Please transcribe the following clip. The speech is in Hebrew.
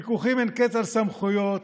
ויכוחים אין-קץ על סמכויות.